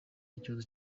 n’ikibazo